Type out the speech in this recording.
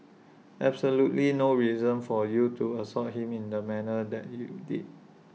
absolutely no reason for you to assault him in the manner that you did